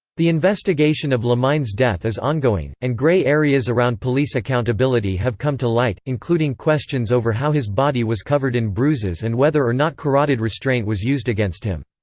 the investigation of lamine's death is ongoing, and grey areas around police accountability have come to light, including questions over how his body was covered in bruises and whether or not carotid restraint was used against him.